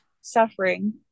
suffering